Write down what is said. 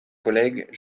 collègues